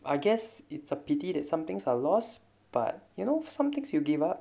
I guess it's a pity that some things are lost but you know some things you give up